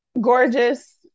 gorgeous